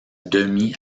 demi